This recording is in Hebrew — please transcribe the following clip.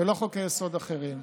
ולא חוקי-יסוד אחרים.